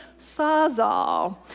Sawzall